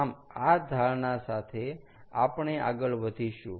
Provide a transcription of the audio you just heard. આમ આ ધારણા સાથે આપણે આગળ વધીશું